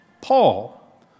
Paul